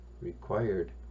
required